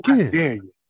again